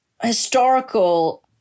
historical